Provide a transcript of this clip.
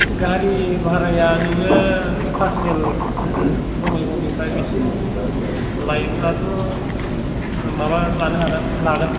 गारि भाराया नोंङो पार्सनेल बंगाइगावनिफ्राय बिसिम लायोब्लाथ' माबा लानो हागोन लागोन